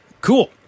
cool